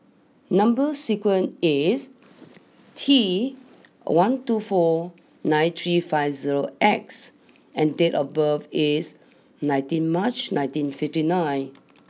number sequence is T one two four nine three five zero X and date of birth is nineteen March nineteen fifty nine